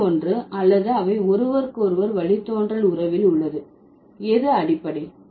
முதல் ஒன்று அல்லது அவை ஒருவருக்கொருவர் வழித்தோன்றல் உறவில் உள்ளது எது அடிப்படை